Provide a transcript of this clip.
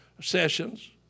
sessions